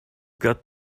got